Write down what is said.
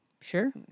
sure